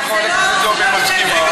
אם חברת הכנסת זועבי מסכימה,